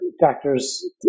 factors